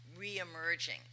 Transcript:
re-emerging